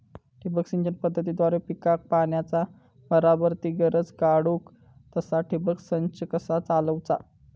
ठिबक सिंचन पद्धतीद्वारे पिकाक पाण्याचा बराबर ती गरज काडूक तसा ठिबक संच कसा चालवुचा?